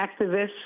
activists